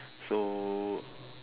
so